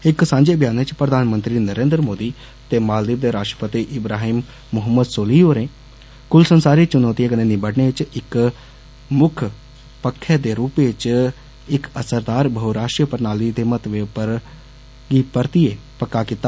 इक सांझे व्यानै च प्रधानमंत्री नरेन्द्र मोदी ते मालद्दीव दे राश्ट्रपति इब्राहिम मोहम्मद सोलिह होरें कुल संसारी चुनौतिएं कन्ने निब्बडने च इक मुक्ख पक्खै दे रुपै च इक असरदार बहुराश्ट्री प्रणाली दे महत्वै गी परतियै पक्का कीता